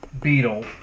beetle